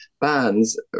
bands